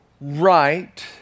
right